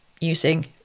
using